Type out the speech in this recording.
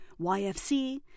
YFC